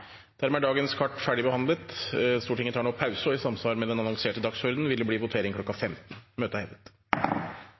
Dermed er dagens kart ferdigbehandlet. Stortinget tar nå pause, og i samsvar med den annonserte dagsordenen vil det bli votering kl. 15.